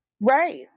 Right